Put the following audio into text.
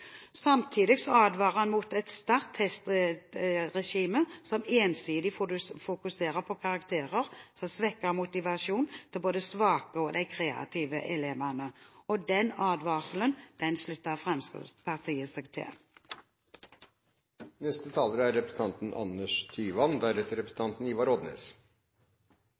Samtidig advarer han mot et sterkt testregime som ensidig fokuserer på karakterer, da det svekker motivasjonen til både de svake og de kreative elevene. Den advarselen slutter Fremskrittspartiet seg